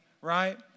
Right